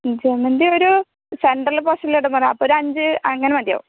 ഈ ജമന്തിയൊരു സെൻ്റർ പോർഷൻല് ഇടാൻ അപ്പോൾ ഒരു അഞ്ച് അങ്ങനെ മതിയാവും